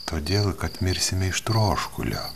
todėl kad mirsime iš troškulio